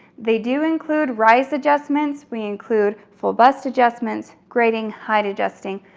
they do include rise adjustments, we include full bust adjustments, grading, height adjusting,